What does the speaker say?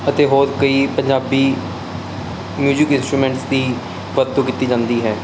ਅਤੇ ਹੋਰ ਕਈ ਪੰਜਾਬੀ ਮਿਊਜਿਕ ਇੰਸਟਰੂਮੈਂਟਸ ਦੀ ਵਰਤੋਂ ਕੀਤੀ ਜਾਂਦੀ ਹੈ